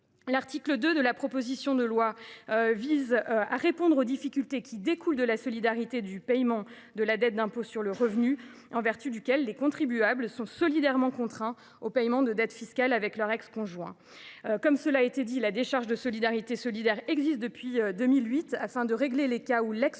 L’article 2 de la proposition de loi vise à répondre aux difficultés qui découlent de la solidarité du paiement de la dette d’impôt sur le revenu en vertu duquel les contribuables sont solidairement contraints au paiement de dettes fiscales avec leur ex conjoint. Cela a été souligné, la décharge de responsabilité solidaire existe depuis 2008, afin de régler les cas où l’ex conjoint